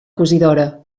cosidora